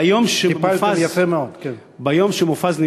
ביום שמופז, טיפלתם יפה מאוד.